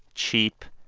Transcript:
cheap,